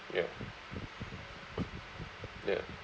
ya ya